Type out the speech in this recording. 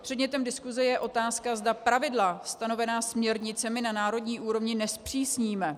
Předmětem diskuse je otázka, zda pravidla stanovená směrnicemi na národní úrovni nezpřísníme.